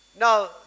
Now